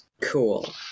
Cool